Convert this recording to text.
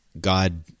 God